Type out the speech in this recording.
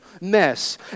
mess